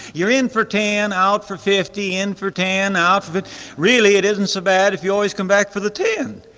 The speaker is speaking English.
you're in for ten out for fifty, in for ten out really it isn't so bad if you always come back for the ten,